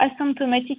asymptomatic